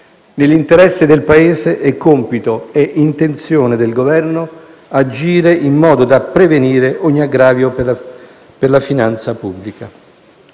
Nell'interesse del Paese è compito e intenzione del Governo agire in modo da prevenire ogni aggravio per la finanza pubblica.